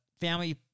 Family